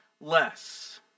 less